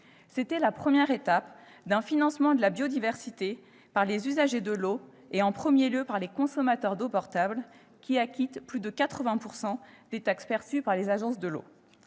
C'était la première étape d'un financement de la biodiversité par les usagers de l'eau et, en premier lieu, par les consommateurs d'eau potable qui acquittent plus de 80 % des taxes perçues par les agences de l'eau.